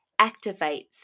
activates